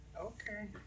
Okay